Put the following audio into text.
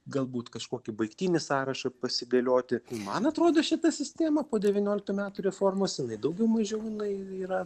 galbūt kažkokį baigtinį sąrašą pasidėlioti man atrodo šita sistema po devynioliktų metų reformos jinai daugiau mažiau jinai yra